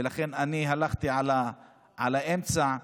ולכן הלכתי על האמצע,